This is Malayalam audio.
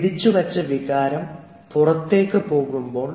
പിടിച്ചുവെച്ച വികാരം പുറത്തേക്ക് പോകുമ്പോൾ